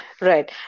Right